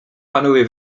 panowie